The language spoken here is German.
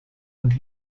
und